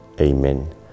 amen